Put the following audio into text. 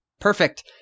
Perfect